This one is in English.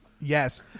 Yes